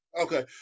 Okay